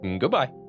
Goodbye